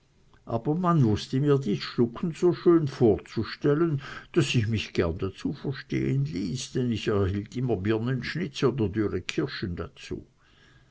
aber man wußte mir dieses schlucken so schön vorzustellen daß ich mich gern dazu verstehen ließ denn ich erhielt zugleich immer birnenschnitze oder dürre kirschen dazu